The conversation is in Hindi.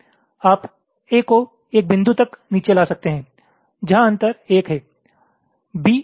आप A को एक बिंदु तक नीचे ला सकते हैं जहां अंतर 1 है